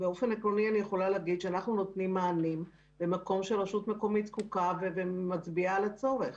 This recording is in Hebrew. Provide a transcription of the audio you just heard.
אנחנו נותנים מענים במקום שהרשות המקומית זקוקה ומצביעה על הצורך.